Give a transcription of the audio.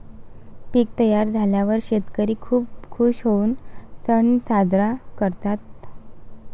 पीक तयार झाल्यावर शेतकरी खूप खूश होऊन सण साजरा करतात